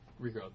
regrowth